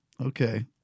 Okay